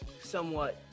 somewhat